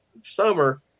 summer